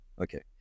okay